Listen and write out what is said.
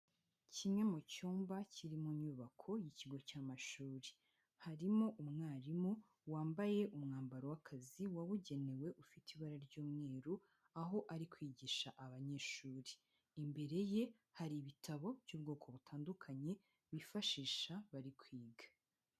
Kimwe mu cyumba kirimo mu nyubako y'ikigo cy'amashuri, harimo umwarimu wambaye umwambaro w'akazi wabugenewe ufite ibara ry'umweru, aho ari kwigisha abanyeshuri, imbere ye hari ibitabo by'ubwoko butandukanye bifashisha bari kwiga.